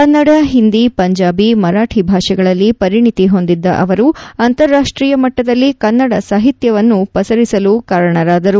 ಕನ್ನಡ ಹಿಂದಿ ಪಂಜಾಬಿ ಮರಾಠಿ ಭಾಷೆಗಳಲ್ಲಿ ಪರಿಣಿತಿ ಹೊಂದಿದ್ದ ಅವರು ಅಂತರಾಷ್ಟೀಯ ಮಟ್ಟದಲ್ಲಿ ಕನ್ನಡ ಸಾಹಿತ್ಯವನ್ನು ಪಸರಿಸಲು ಕಾರಣರಾಗಿದ್ದರು